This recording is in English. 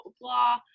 blah